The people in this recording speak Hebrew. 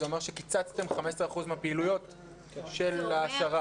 זה אומר שקיצצתם 15% מפעילויות העשרה?